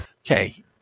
Okay